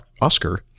oscar